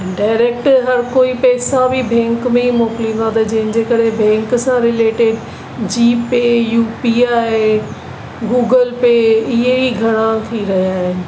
direct हर कोई पैसा बि बैंक में मोकिलिंदा त जंहिंजे करे बैंक सां related GPay UPI Google Pay ईअं ई घणा थी रहिया आहिनि